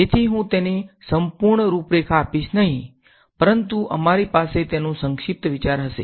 તેથી હું તેને સંપૂર્ણ રૂપરેખા આપીશ નહીં પરંતુ અમારી પાસે તેનો સંક્ષિપ્ત વિચાર હશે